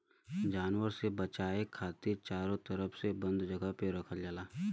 जानवर से बचाये खातिर चारो तरफ से बंद जगह पे रखल जाला